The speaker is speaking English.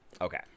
Okay